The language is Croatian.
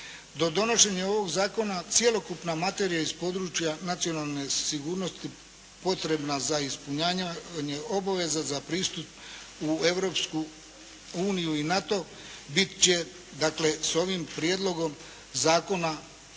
Do donošenja ovoga zakona cjelokupna materija iz područja materijalne sigurnosti potrebna za ispunjavanje obaveza za pristup u Europsku uniju u NATO biti će, dakle, sa ovim prijedlogom zakona